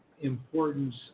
importance